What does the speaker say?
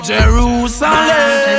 Jerusalem